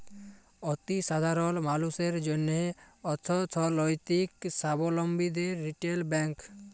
অতি সাধারল মালুসের জ্যনহে অথ্থলৈতিক সাবলম্বীদের রিটেল ব্যাংক